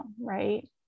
right